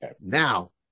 Now